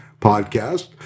podcast